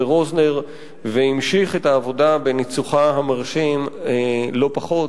רוזנר והמשיך את העבודה בניצוחה המרשים לא פחות,